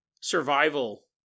survival